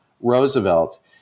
Roosevelt